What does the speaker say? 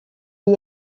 est